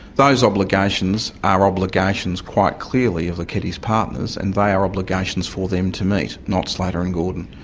those obligations are obligations, quite clearly, of the keddies partners and they are obligations for them to meet, not slater and gordon.